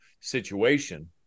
situation